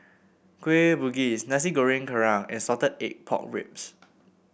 Kueh Bugis Nasi Goreng Kerang and Salted Egg Pork Ribs